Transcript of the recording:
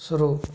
शुरू